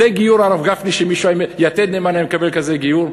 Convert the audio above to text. זה גיור, הרב גפני, "יתד נאמן" היה מקבל כזה גיור?